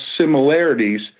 similarities